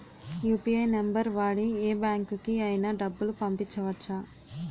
UPI number వాడి యే బ్యాంకుకి అయినా డబ్బులు పంపవచ్చ్చా?